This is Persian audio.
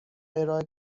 ارائه